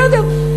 בסדר.